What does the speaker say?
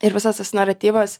ir visas tas naratyvas